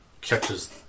catches